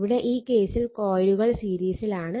ഇവിടെ ഈ കേസിൽ കോയിലുകൾ സീരീസിലാണ്